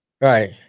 Right